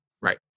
Right